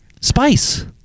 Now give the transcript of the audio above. Spice